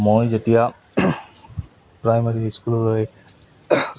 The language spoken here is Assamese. মই যেতিয়া প্ৰাইমাৰী স্কুললৈ